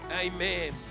Amen